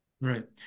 Right